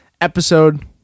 episode